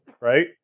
Right